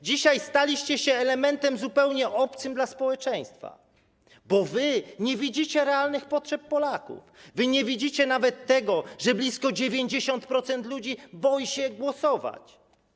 Dzisiaj staliście się elementem zupełnie obcym dla społeczeństwa, bo wy nie widzicie realnych potrzeb Polaków, nie widzicie nawet tego, że blisko 90% ludzi boi się głosować.